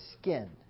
skin